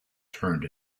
turned